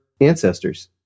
ancestors